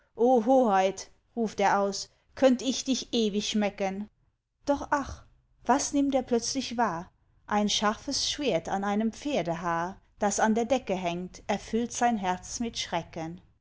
hoheit ruft er aus könnt ich dich ewig schmecken doch ach was nimmt er plötzlich wahr ein scharfes schwert an einem pferdehaar das an der decke hängt erfüllt sein herz mit schrecken